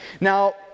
Now